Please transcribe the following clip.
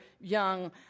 young